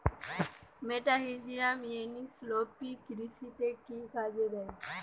মেটাহিজিয়াম এনিসোপ্লি কৃষিতে কি কাজে দেয়?